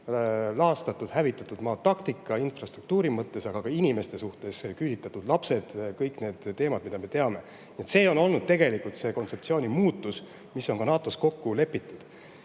laastatud, hävitatud maa taktikat infrastruktuuri mõttes, aga ka inimeste suhtes: küüditatakse lapsi ja kõik need teemad, mille kohta me teame. See on olnud tegelikult see kontseptsiooni muutus, mis on ka NATO-s kokku lepitud.